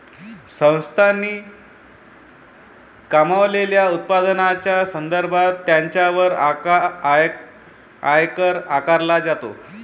संस्थांनी कमावलेल्या उत्पन्नाच्या संदर्भात त्यांच्यावर आयकर आकारला जातो